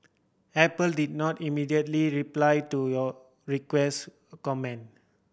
apple did not immediately reply to your request a comment